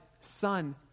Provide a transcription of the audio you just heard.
Son